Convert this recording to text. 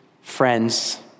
friends